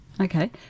Okay